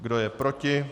Kdo je proti?